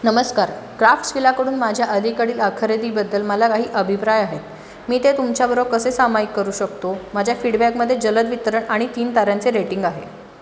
नमस्कार क्राफ्टविलाकडून माझ्या अलीकडील खरेदीबद्दल मला काही अभिप्राय आहेत मी ते तुमच्याबरोबर कसे सामायिक करू शकतो माझ्या फीडबॅकमध्ये जलद वितरण आणि तीन तऱ्यांचे रेटिंग आहे